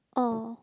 oh